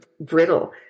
brittle